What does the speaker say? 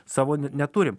savo n neturim